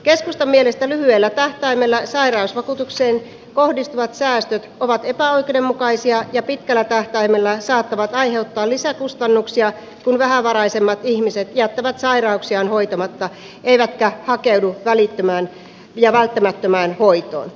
keskustan mielestä lyhyellä tähtäimellä sairausvakuutukseen kohdistuvat säästöt ovat epäoikeudenmukaisia ja pitkällä tähtäimellä saattavat aiheuttaa lisäkustannuksia kun vähävaraisemmat ihmiset jättävät sairauksiaan hoitamatta eivätkä hakeudu välittömään ja välttämättömään hoitoon